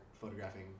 photographing